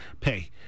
Pay